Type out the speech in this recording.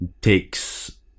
takes